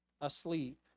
asleep